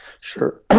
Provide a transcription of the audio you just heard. Sure